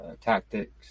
tactics